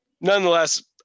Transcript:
nonetheless